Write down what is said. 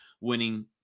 winning